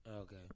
okay